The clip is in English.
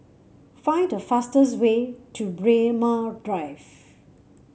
find the fastest way to Braemar Drive